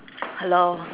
hello